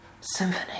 symphony